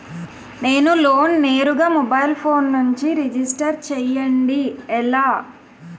నేను లోన్ నేరుగా mobile phone నుంచి రిజిస్టర్ చేయండి ఎలా?